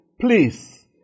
please